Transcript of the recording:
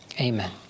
Amen